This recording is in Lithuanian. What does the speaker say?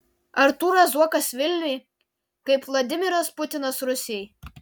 artūras zuokas vilniui kaip vladimiras putinas rusijai